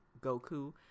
goku